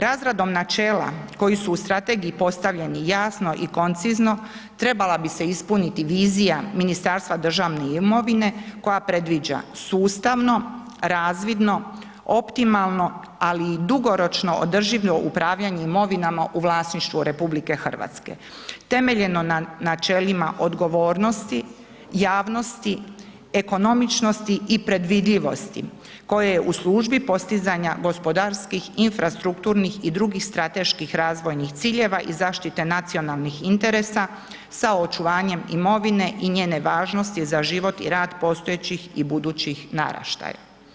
Razradom načela koji su u strategiji postavljeni jasno i koncizno, trebala bi se ispuniti vizija Ministarstva državne imovine koja predviđa sustavno, razvidno, optimalno, ali i dugoročno održivo upravljanje imovinama u vlasništvu RH temeljeno na načelima odgovornosti, javnosti, ekonomičnosti i predvidljivosti koje je u službi postizanja gospodarskih infrastrukturnih i drugih strateških razvojnih ciljeva i zaštite nacionalnih interesa sa očuvanjem imovine i njene važnosti za život i rad postojećih i budućih naraštaja.